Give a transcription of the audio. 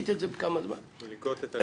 בכמה זמן דחית את זה?